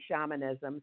shamanism